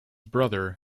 brother